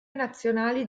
nazionali